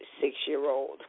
six-year-old